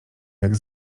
jak